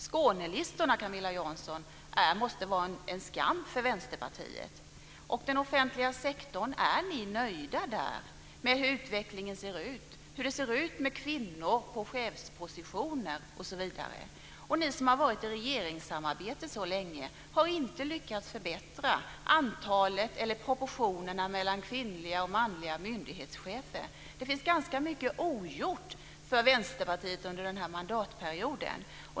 Skånelistorna, Camilla Sköld Jansson, måste vara en skam för Vänsterpartiet. Är ni nöjda med utvecklingen i den offentliga sektorn, hur det ser ut med kvinnor på chefspositioner, osv.? Ni som har varit i regeringssamarbete så länge har inte lyckats förbättra antalet eller proportionerna mellan kvinnliga och manliga myndighetschefer. Det finns ganska mycket ogjort för Vänsterpartiet under den här mandatperioden.